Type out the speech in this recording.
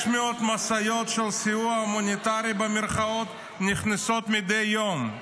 600 משאיות של "סיוע הומניטרי" נכנסות מדי יום.